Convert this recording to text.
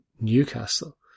Newcastle